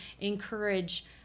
encourage